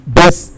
best